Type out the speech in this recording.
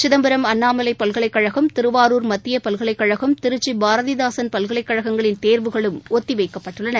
சிதம்பரம் அண்ணாமலை பல்கலைக்கழகம் திருவாரூர் மத்திய பல்கலைக்கழகம் திருச்சி பாரதிதாசன் பல்கலைக்கழகங்களின் தேர்வுகளும் ஒத்திவைக்கப்பட்டுள்ளன